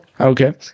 Okay